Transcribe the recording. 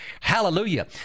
Hallelujah